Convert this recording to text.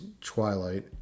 Twilight